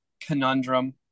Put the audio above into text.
conundrum